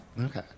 okay